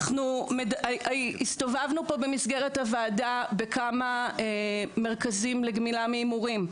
אנחנו הסתובבנו פה במסגרת הוועדה בכמה מרכזים לגמילה מהימורים,